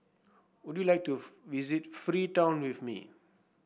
would you like to visit Freetown with me